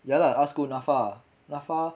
ya lah arts school N_A_F_A N_A_F_A